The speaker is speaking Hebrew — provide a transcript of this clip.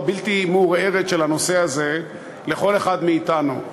הבלתי-מעורערת של הנושא הזה לכל אחד מאתנו.